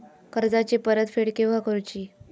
कर्जाची परत फेड केव्हा करुची?